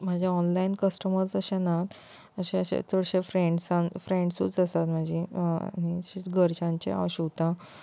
म्हजें online customers अशें नात म्हजे अशे चडशे फ्रेंडसांक फ्रेंडसूच आसा म्हाजीं आनी घरच्यांचे हांव शिंवतां